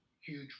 huge